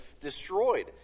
destroyed